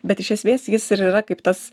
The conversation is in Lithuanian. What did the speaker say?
bet iš esmės jis ir yra kaip tas